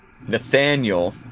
Nathaniel